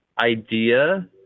idea